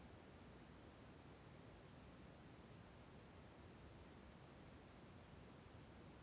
ಈರುಳ್ಳಿ ಬೆಳೆಯಲ್ಲಿ ಬರುವ ತಿರಣಿ ರೋಗವನ್ನು ಹತೋಟಿಗೆ ತರಲು ರೆಡ್ ಡೈಮಂಡ್ ಪೌಡರ್ ಹಾಕಬಹುದೇ?